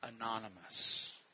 anonymous